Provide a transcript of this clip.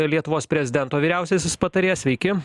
lietuvos prezidento vyriausiasis patarėjas sveiki